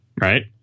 right